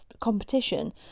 competition